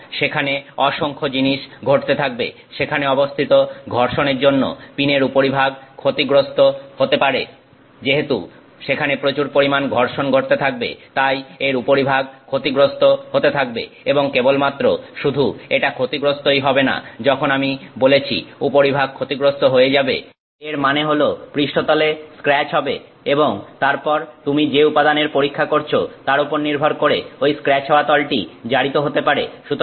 এবং সেখানে অসংখ্য জিনিস ঘটতে থাকবে সেখানে অবস্থিত ঘর্ষণের জন্য পিনের উপরিভাগ ক্ষতিগ্রস্ত হতে পারে যেহেতু সেখানে প্রচুর পরিমাণ ঘর্ষণ ঘটতে থাকবে তাই এর উপরিভাগ ক্ষতিগ্রস্ত হতে থাকবে এবং কেবল মাত্র শুধু এটা ক্ষতিগ্রস্তই হবে না যখন আমি বলেছি উপরিভাগ ক্ষতিগ্রস্ত হয়ে যাবে এর মানে হল পৃষ্ঠতলে স্ক্র্যাচ হবে এবং তারপর তুমি যে উপাদানের পরীক্ষা করছো তার ওপর নির্ভর করে ওই স্ক্র্যাচ হওয়া তলটি জারিত হতে পারে